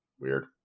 Weird